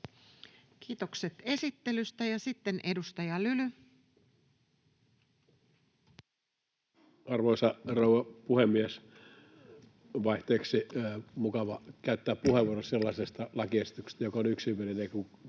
Time: 20:10 Content: Arvoisa rouva puhemies! Vaihteeksi mukava käyttää puheenvuoro sellaisesta lakiesityksestä, joka on yksimielinen, kun